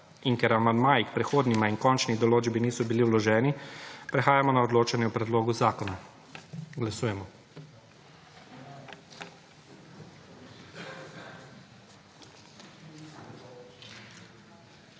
in ker amandmaji, k prehodnima in končni določbi niso bili vloženi, prehajamo na odločanje o predlogu zakona. Glasujemo.